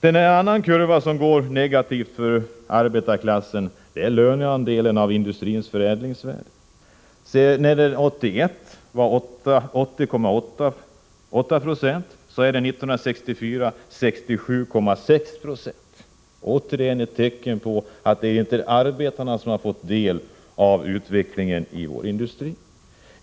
En annan kurva som är negativ för arbetarklassen är löneandelen av industrins förädlingsvärde. Medan det 1981 var 80,8 26 var det 1984 67,6 9o. Detta är återigen ett tecken på att det inte är arbetarna som har fått del av utvecklingen i vår industri.